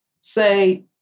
say